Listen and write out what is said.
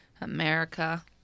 America